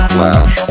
Flash